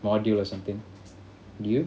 module or something do you